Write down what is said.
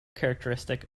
characteristic